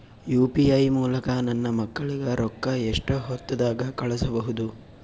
UPI ಮೂಲಕ ನನ್ನ ಮಕ್ಕಳಿಗ ರೊಕ್ಕ ಎಷ್ಟ ಹೊತ್ತದಾಗ ಕಳಸಬಹುದು?